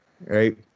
right